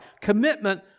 commitment